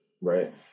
right